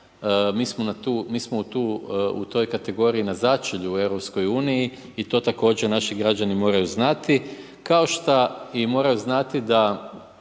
mi smo u toj kategoriji na začelju u EU i to također naši građani moraju znati, kao što i moraju znati da